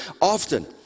often